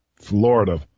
Florida